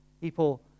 People